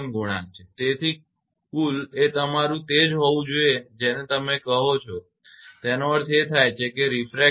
તેથી કુલ એ તમારું તે જ હોવું જોઈએ જેને તમે કહો છો તેનો અર્થ એ થાય છે કે રિફ્રેક્ટેડ